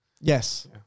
Yes